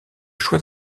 choix